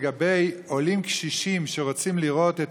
והיא לגבי עולים קשישים שרוצים לראות את